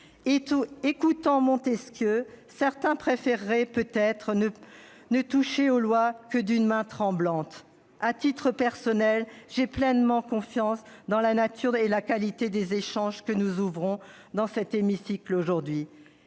Écoutant Montesquieu, certains préféreraient peut-être ne toucher aux lois « que d'une main tremblante ». À titre personnel, j'ai pleine confiance dans la nature et la qualité des échanges que nous aurons dans cet hémicycle.